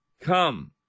come